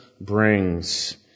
brings